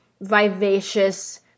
vivacious